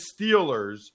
Steelers